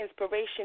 inspiration